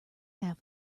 half